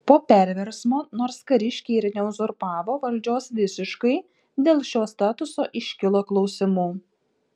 po perversmo nors kariškiai ir neuzurpavo valdžios visiškai dėl šio statuso iškilo klausimų